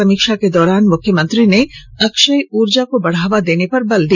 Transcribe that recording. समीक्षा के दौरान मुख्यमंत्री ने अक्षय उर्जा को बढ़ावा देने पर बल दिया